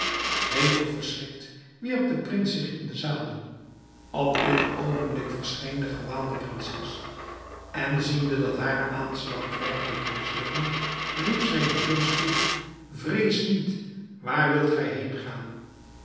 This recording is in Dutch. hevig verschrikt wierp de prins zich in den zadel op dit oogenblik verscheen de gewaande prinses en ziende dat haren aanslag dreigde te mislukken riep zij den prins toe vrees niet waar wilt gij